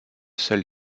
seule